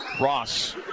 Ross